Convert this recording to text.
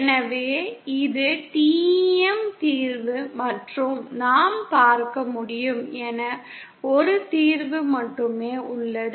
எனவே இது TEM தீர்வு மற்றும் நாம் பார்க்க முடியும் என ஒரு தீர்வு மட்டுமே உள்ளது